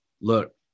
look